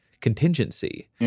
contingency